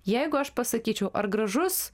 jeigu aš pasakyčiau ar gražus